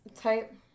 type